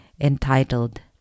entitled